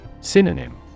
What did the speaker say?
Synonym